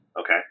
Okay